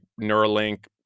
Neuralink